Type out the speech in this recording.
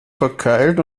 verkeilt